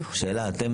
אתם,